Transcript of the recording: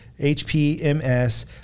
hpms